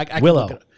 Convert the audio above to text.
Willow